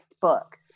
book